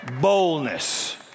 Boldness